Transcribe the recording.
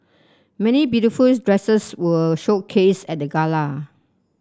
many beautiful dresses were showcased at the gala